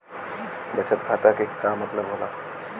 बचत खाता के का मतलब होला?